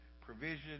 provision